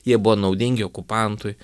jie buvo naudingi okupantui